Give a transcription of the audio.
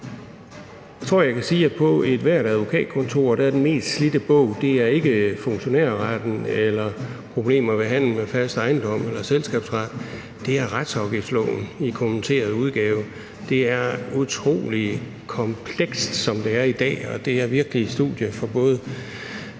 Jeg tror, jeg kan sige, at på ethvert advokatkontor er den mest slidte bog ikke den om funktionærretten, den om problemer ved handel med fast ejendom eller den om selskabsretten, men det er den om retsafgiftsloven i kommenteret udgave. Det er utrolig komplekst, som det er i dag, og det er virkelig et studie for både